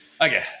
Okay